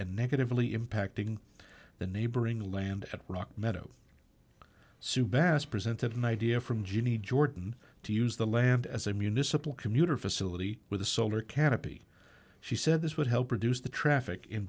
and negatively impacting the neighboring land at rock meadow sebas presented my idea from jeanie jordan to use the land as a municipal commuter facility with a solar canopy she said this would help reduce the traffic in